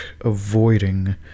avoiding